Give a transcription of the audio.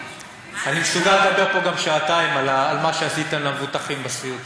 אני מסוגל לדבר פה גם שעתיים על מה שעשיתם למבוטחים בסיעוד,